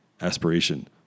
aspiration